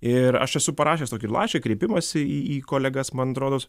ir aš esu parašęs tokį laišką kreipimąsi į į kolegas man atrodos